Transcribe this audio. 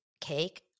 Cake